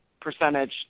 percentage